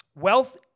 Wealth